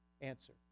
answer